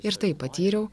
ir tai patyriau